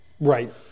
right